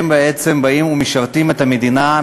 הם בעצם באים ומשרתים את המדינה,